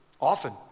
often